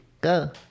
Go